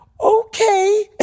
Okay